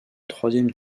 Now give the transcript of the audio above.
troisième